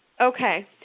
Okay